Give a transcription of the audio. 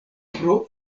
pro